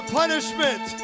punishment